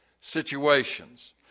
situations